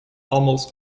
almost